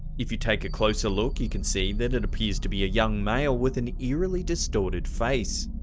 if you take a closer look, you can see that it appears to be a young male, with an eerily distorted face.